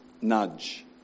nudge